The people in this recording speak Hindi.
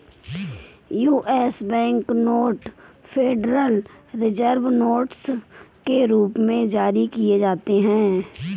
US bank note Federal Reserve notes के रूप में जारी किए जाते हैं